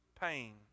pain